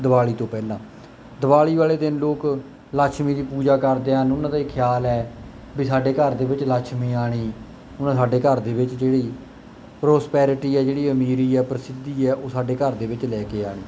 ਦਿਵਾਲੀ ਤੋਂ ਪਹਿਲਾਂ ਦਿਵਾਲੀ ਵਾਲੇ ਦਿਨ ਲੋਕ ਲਕਸ਼ਮੀ ਦੀ ਪੂਜਾ ਕਰਦੇ ਹਨ ਉਹਨਾਂ ਦਾ ਇਹ ਖਿਆਲ ਹੈ ਵੀ ਸਾਡੇ ਘਰ ਦੇ ਵਿੱਚ ਲਕਸ਼ਮੀ ਆਉਣੀ ਉਹਨਾਂ ਸਾਡੇ ਘਰ ਦੇ ਵਿੱਚ ਜਿਹੜੀ ਪਰੋਸਪੈਰਿਟੀ ਹੈ ਜਿਹੜੀ ਅਮੀਰੀ ਆ ਪ੍ਰਸਿੱਧੀ ਹੈ ਉਹ ਸਾਡੇ ਘਰ ਦੇ ਵਿੱਚ ਲੈ ਕੇ ਆਉਣੀ